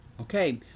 Okay